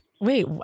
Wait